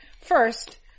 first